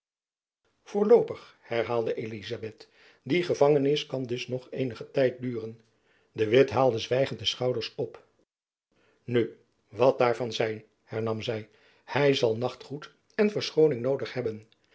voorloopig herhaalde elizabeth die gevangenis kan dus nog eenigen tijd duren de witt haalde zwijgend de schouders op nu wat daarvan zij hernam zy hy zal nachtgoed en verschooning noodig hebben